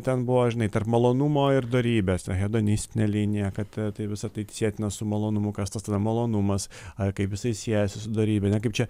ten buvo žinai tarp malonumo ir dorybės ta hedonistinė linija kad tai visa tai sietina su malonumu kas tas malonumas ar kaip isai siejasi su dorybe ane kaip čia